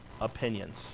opinions